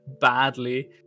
badly